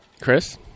Chris